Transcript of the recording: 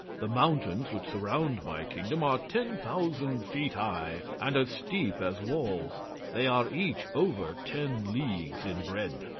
the mountains which surround my kingdom are ten thousand feet high, and as steep as walls they are each over ten leagues in breadth,